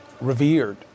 revered